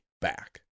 back